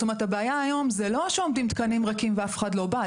זאת אומרת: הבעיה היום היא לא שעומדים תקנים ריקים ואף אחד לא בא.